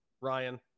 Ryan